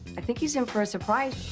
i think he's in for a surprise.